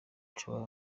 nshobora